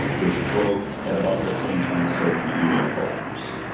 which broke at about the same time the soviet union collapsed.